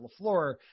LaFleur